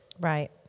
Right